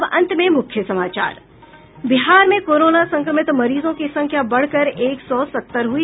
और अब अंत में मुख्य समाचार बिहार में कोरोना संक्रमित मरीजों की संख्या बढ़कर एक सौ सत्तर हुई